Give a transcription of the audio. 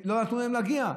ולא נתנו להם להגיע.